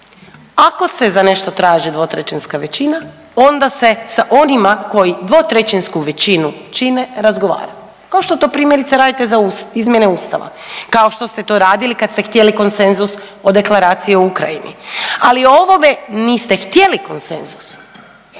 ako se za nešto traži dvotrećinska većina onda se sa onima koji dvotrećinsku većinu čine razgovara, kao što to primjerice radite za izmjene Ustava, kao što ste to radili kad ste htjeli konsenzus o Deklaraciji o Ukrajini. Ali o ovome niste htjeli konsenzus